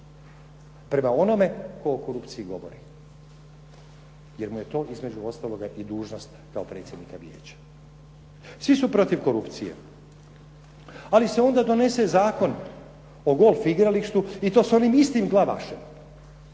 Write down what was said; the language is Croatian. prema onome tko o korupciji govori, jer mu je to između ostaloga i dužnost kao predsjednika Vijeća. Svi su protiv korupcije, ali se onda donese Zakon o golf igralištu i to s onim istim Glavašem